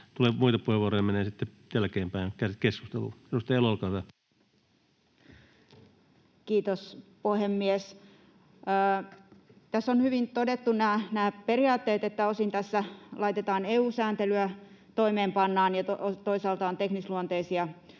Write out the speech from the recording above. muita puheenvuoroja, ne menevät sitten jälkeenpäin keskusteluun. — Edustaja Elo, olkaa hyvä. Kiitos, puhemies! Tässä on hyvin todettu nämä periaatteet, että osin toimeenpannaan EU-sääntelyä ja toisaalta on teknisluonteisia muutoksia.